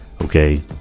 okay